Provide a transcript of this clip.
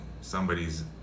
Somebody's